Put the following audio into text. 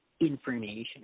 information